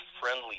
friendly